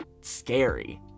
scary